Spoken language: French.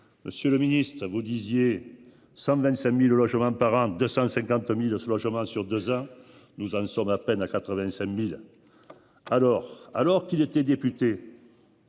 Monsieur le Ministre, à vous disiez 125.000 logements par an 250 omis de ce logement sur deux à nous en sommes à peine à 85.000. Alors alors qu'il était député.